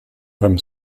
beim